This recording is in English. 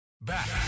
Back